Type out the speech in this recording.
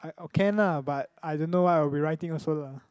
I can ah but I don't know what I will be writing also lah